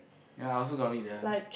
ya I also got read that one